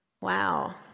Wow